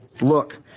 look